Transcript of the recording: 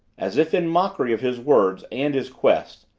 as if in mockery of his words and his quest,